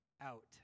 out